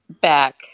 Back